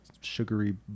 sugary